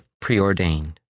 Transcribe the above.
preordained